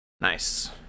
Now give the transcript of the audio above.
Nice